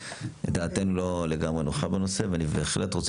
דעתנו לא לגמרי נוחה בנושא ואני בהחלט רוצה